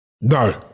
No